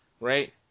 right